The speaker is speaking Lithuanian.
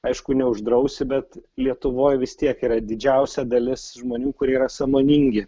aišku neuždrausi bet lietuvoj vis tiek yra didžiausia dalis žmonių kurie yra sąmoningi